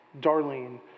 Darlene